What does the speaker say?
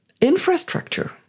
infrastructure